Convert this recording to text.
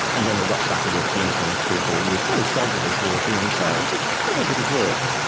and then we got stuck into it again for three or four years fairly solidly towards the end. so it was a fair bit of work.